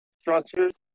structures